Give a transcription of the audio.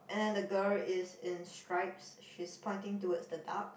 and then the girl is in stripes she's pointing towards the dark